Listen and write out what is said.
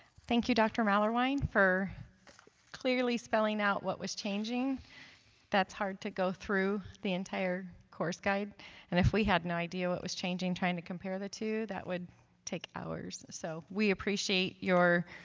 thank you dr. mahlerwein for clearly spelling out what was changing that's hard to go through the entire course guide an if we had no idea what was changing. trying to compare the two that would take hours so, we appreciate your